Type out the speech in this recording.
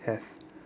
have